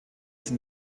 sind